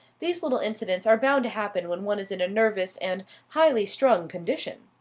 these little incidents are bound to happen when one is in a nervous and highly-strung condition.